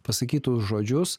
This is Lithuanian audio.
pasakytus žodžius